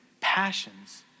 passions